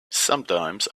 sometimes